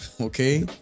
Okay